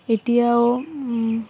এতিয়াও